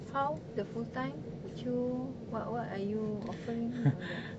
how the full time would you what what are you offering and all that